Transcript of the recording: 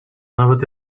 nawet